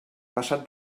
passat